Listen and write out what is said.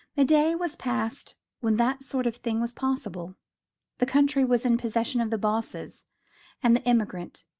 the day was past when that sort of thing was possible the country was in possession of the bosses and the emigrant,